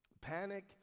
Panic